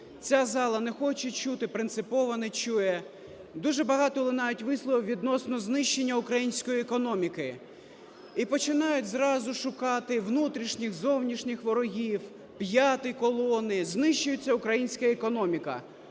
ця зала не хоче чути, принципово не чує. Дуже багато лунають висловів відносно знищення української економіки, і починають зразу шукати внутрішніх, зовнішніх ворогів, п'ятої колони, знищується українська економіка.